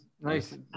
Nice